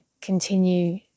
continue